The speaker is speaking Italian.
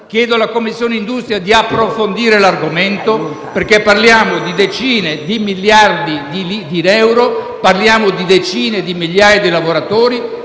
chiedo alla Commissione industria di approfondire l'argomento, perché parliamo di decine di miliardi di euro, parliamo di decine di migliaia di lavoratori